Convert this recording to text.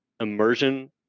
immersion